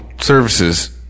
services